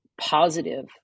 positive